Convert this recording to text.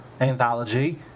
Anthology